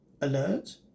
Alert